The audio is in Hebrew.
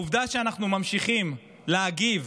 העובדה שאנחנו ממשיכים להגיב